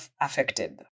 affected